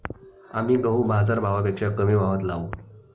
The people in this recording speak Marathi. आम्ही गहू बाजारभावापेक्षा कमी भावात लावू